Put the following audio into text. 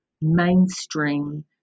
mainstream